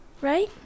Right